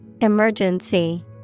Emergency